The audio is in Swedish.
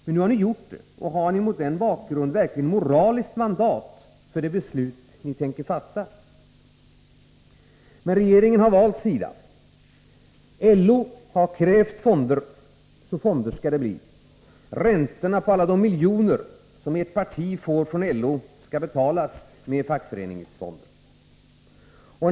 Men nu har ni gjort det, och har ni mot denna bakgrund verkligen moraliskt mandat för det beslut ni tänker fatta? Men regeringen har valt sida. LO har krävt fonder, så fonder skall det bli. Räntorna på alla de miljoner som ert parti får från LO skall betalas med fackföreningsfonder.